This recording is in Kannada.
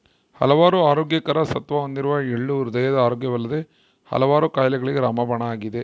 ಹಲವಾರು ಆರೋಗ್ಯಕರ ಸತ್ವ ಹೊಂದಿರುವ ಎಳ್ಳು ಹೃದಯದ ಆರೋಗ್ಯವಲ್ಲದೆ ಹಲವಾರು ಕಾಯಿಲೆಗಳಿಗೆ ರಾಮಬಾಣ ಆಗಿದೆ